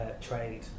trade